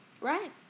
Right